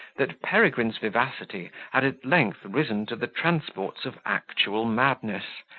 that peregrine's vivacity had at length risen to the transports of actual madness,